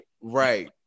right